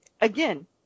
again